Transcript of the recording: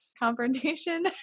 confrontation